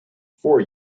for